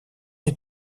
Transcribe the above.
est